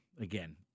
again